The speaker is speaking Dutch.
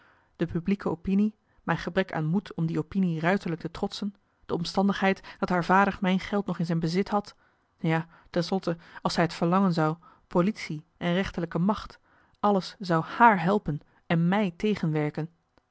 de publieke opinie mijn gebrek aan moed om die opinie ruiterlijk te trotsen de omstandigheid dat haar vader mijn geld nog in zijn bezit had ja ten slotte marcellus emants een nagelaten bekentenis als zij t verlangen zou politie en rechterlijke macht alles zou haar helpen mij